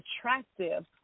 attractive